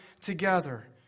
together